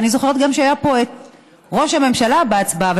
אני זוכרת גם שהיה פה ראש הממשלה בהצבעה,